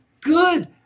good